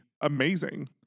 amazing